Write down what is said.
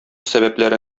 сәбәпләре